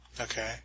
Okay